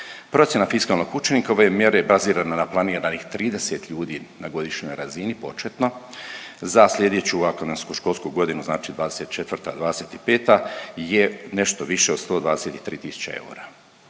Procjena fiskalnog učinka ove mjere bazirana na planiranih 30 ljudi na godišnjoj razini, početno, za sljedeću akademsku školsku godinu, znači '24./'25. je nešto više do 123 tisuće eura.